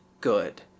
good